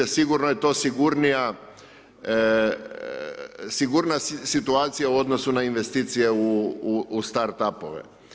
Sigurno je to sigurnija, sigurna situacija u odnosu na investicije u start-up-ove.